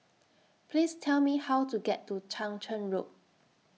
Please Tell Me How to get to Chang Charn Road